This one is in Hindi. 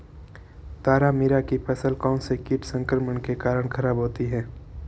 तारामीरा की फसल कौनसे कीट संक्रमण के कारण खराब होती है?